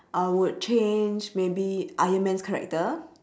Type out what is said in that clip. I would change maybe iron man's character